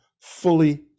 fully